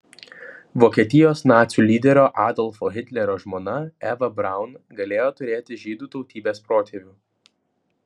vokietijos nacių lyderio adolfo hitlerio žmona eva braun galėjo turėti žydų tautybės protėvių